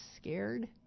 scared